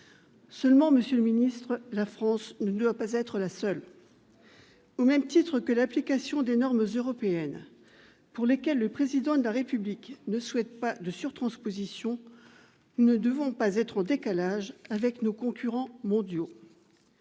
Seulement, monsieur le ministre d'État, la France ne doit pas être la seule ! Comme pour ce qui concerne l'application des normes européennes, pour lesquelles le Président de la République ne souhaite pas de surtransposition, nous ne devons pas être en décalage avec nos concurrents mondiaux.